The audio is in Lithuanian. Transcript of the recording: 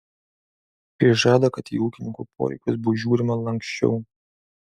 jis žada kad į ūkininkų poreikius bus žiūrima lanksčiau